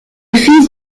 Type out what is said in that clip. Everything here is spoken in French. fils